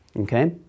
Okay